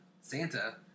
Santa